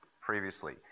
previously